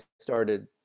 started